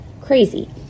crazy